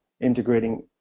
integrating